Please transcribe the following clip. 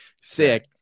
sick